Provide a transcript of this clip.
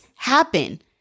happen